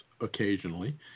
occasionally